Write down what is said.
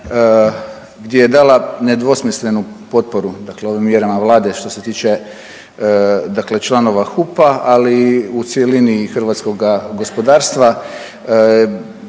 gdje je dala nedvosmislenu potporu dakle ovim mjerama Vlade što se tiče dakle članova HUP-a, ali u cjelini i hrvatskoga gospodarstva.